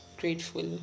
grateful